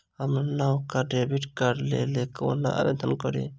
हम नवका डेबिट कार्डक लेल कोना आवेदन करी?